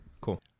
Cool